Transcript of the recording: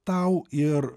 tau ir